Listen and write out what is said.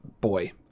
boy